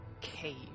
cave